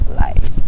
life